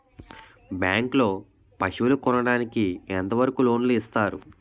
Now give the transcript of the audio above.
Bank లో పశువుల కొనడానికి ఎంత వరకు లోన్ లు ఇస్తారు?